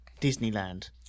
Disneyland